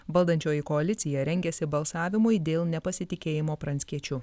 valdančioji koalicija rengiasi balsavimui dėl nepasitikėjimo pranckiečiu